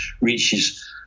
reaches